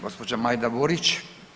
Gospođa Majda Burić.